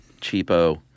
cheapo